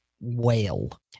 whale